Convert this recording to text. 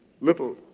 little